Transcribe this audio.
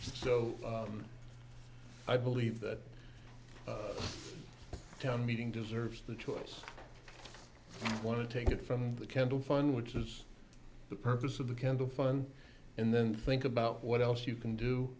so i believe that town meeting deserves the choice i want to take it from the kendall fund which is the purpose of the candle fund in then think about what else you can do